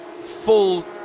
full